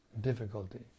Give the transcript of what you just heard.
difficulty